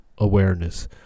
awareness